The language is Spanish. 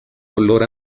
color